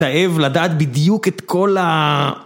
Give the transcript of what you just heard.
אתה אהב לדעת בדיוק את כל ה...